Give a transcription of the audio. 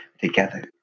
together